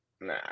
Nah